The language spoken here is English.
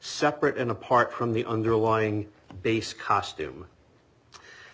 separate and apart from the underlying base costume